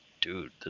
dude